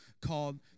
called